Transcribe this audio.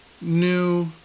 new